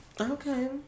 Okay